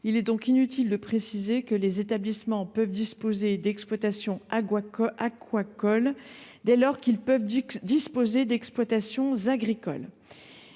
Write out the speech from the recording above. il est inutile de préciser que les établissements peuvent disposer d’exploitations aquacoles dès lors qu’ils peuvent disposer d’exploitations agricoles.